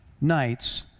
nights